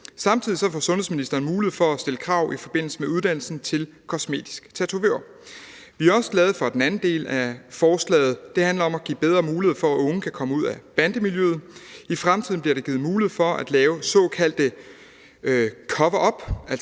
Samtidig får sundhedsministeren mulighed for at stille krav i forbindelse med uddannelsen til kosmetisk tatovør. Vi er også glade for den anden del af forslaget. Det handler om at give bedre mulighed for, at unge kan komme ud af bandemiljøet. I fremtiden bliver der givet mulighed for at lave såkaldte